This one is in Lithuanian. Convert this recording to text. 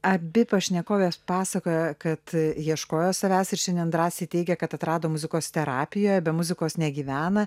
abi pašnekovės pasakojo kad ieškojo savęs ir šiandien drąsiai teigia kad atrado muzikos terapiją be muzikos negyvena